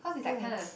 oh